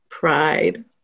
Pride